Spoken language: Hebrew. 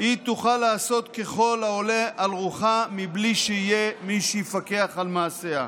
היא תוכל לעשות ככל העולה על רוחה בלי שיהיה מי שיפקח על מעשיה.